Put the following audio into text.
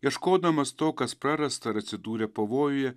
ieškodamas to kas prarasta ir atsidūrė pavojuje